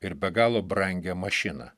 ir be galo brangią mašiną